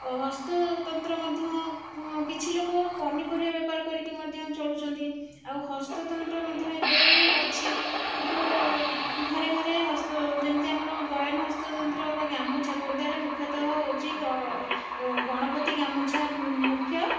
ହସ୍ତତନ୍ତ ମଧ୍ୟ କିଛିଲୋକ ପନିପରିବା ବେପାର କରିକି ମଧ୍ୟ ଚଳୁଛନ୍ତି ଆଉ ହସ୍ତତନ୍ତ ମଧ୍ୟ ଏବେବି ଅଛି କିନ୍ତୁ ଘରେ ଘରେ ହଁ ଯେମିତି ଆମର ବୟନ ହସ୍ତତନ୍ତ ବା ଗାମୁଛା ଖୋର୍ଦ୍ଧାର ମୁଖ୍ୟତଃ ହେଉଛି ଗଣପତି ଗାମୁଛା ମୁଖ୍ୟ